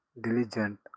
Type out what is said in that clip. diligent